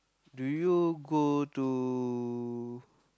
do you go to